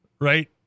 right